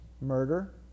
murder